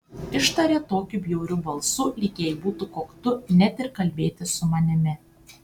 ištarė tokiu bjauriu balsu lyg jai būtų koktu net ir kalbėtis su manimi